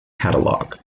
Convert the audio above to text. catalogue